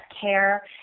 care